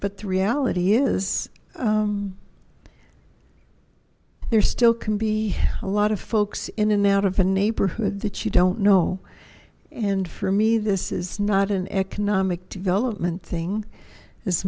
but the reality is there still can be a lot of folks in and out of a neighborhood that you don't know and for me this is not an economic development thing as